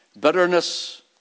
bitterness